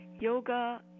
yoga